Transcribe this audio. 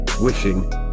Wishing